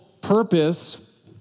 purpose